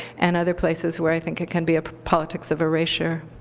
and other places where i think it can be of politics of erasure.